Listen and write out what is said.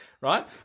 right